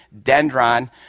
dendron